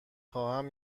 خواهم